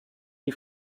die